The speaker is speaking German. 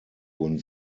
wurden